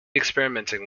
experimenting